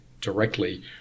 directly